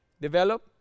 Develop